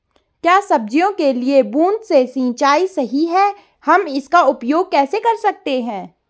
क्या सब्जियों के लिए बूँद से सिंचाई सही है हम इसका उपयोग कैसे कर सकते हैं?